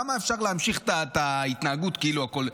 כמה אפשר להמשיך את ההתנהגות כאילו הכול,